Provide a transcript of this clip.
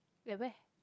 ya where